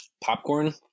popcorn